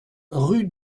rue